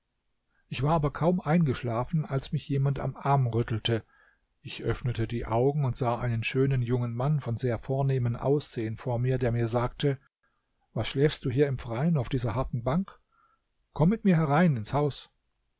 ich war aber kaum eingeschlafen als mich jemand am arm rüttelte ich öffnete die augen und sah einen schönen jungen mann von sehr vornehmem aussehen vor mir der mir sagte was schläfst du hier im freien auf dieser harten bank komm mit mir herein ins haus